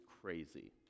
crazy